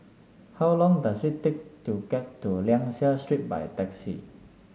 how long does it take to get to Liang Seah Street by taxi